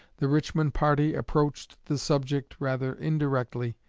the richmond party approached the subject rather indirectly,